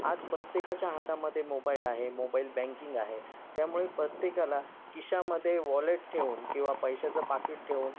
आज प्रत्येकाच्या हातामध्ये मोबाईल आहे मोबाइल बँकिंग आहे त्यामुळे प्रत्येकाला खिशामध्ये वॉलेट ठेवून किंवा पैशाचं पाकीट ठेवून